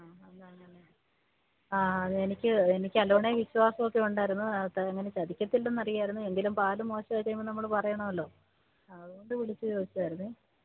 ആ എന്നാൽ അങ്ങനെ ആ എനിക്ക് എനിക്ക് അലോണയെ വിശ്വാസമൊക്കെ ഉണ്ടായിരുന്നു അങ്ങനെ ചതിക്കത്തില്ല എന്നറിയാമായിരുന്നു എന്നാലും പാൽ മോശമായിക്കഴിയുമ്പോൾ നമ്മൾ പറയണമല്ലോ അതുകൊണ്ട് വിളിച്ചു ചോദിച്ചതായിരുന്നെ